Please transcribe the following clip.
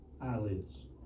eyelids